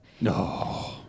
No